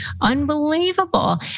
unbelievable